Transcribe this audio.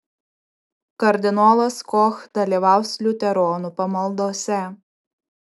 kardinolas koch dalyvaus liuteronų pamaldose